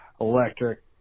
electric